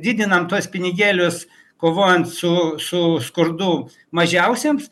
didinam tuos pinigėlius kovojant su su skurdu mažiausiems